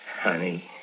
Honey